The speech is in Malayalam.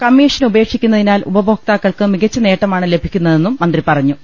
കമ്മീഷൻ ഉപേക്ഷിക്കുന്നതി നാൽ ഉപഭോക്താക്കൾക്ക് മികച്ച നേട്ടമാണ് ലഭിക്കുന്നതെന്നും മന്ത്രി പറഞ്ഞു